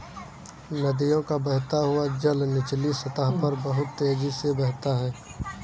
नदियों का बहता हुआ जल निचली सतह पर बहुत तेजी से बहता है